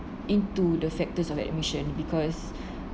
into the factors of admission because